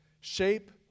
shape